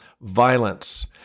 violence